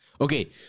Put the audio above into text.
okay